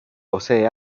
posee